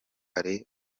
hari